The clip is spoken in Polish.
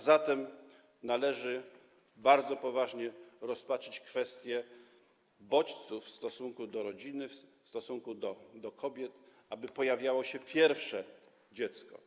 Zatem należy bardzo poważnie rozpatrzeć kwestię bodźców w stosunku do rodziny, w stosunku do kobiet, aby pojawiało się pierwsze dziecko.